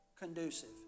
conducive